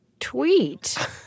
Tweet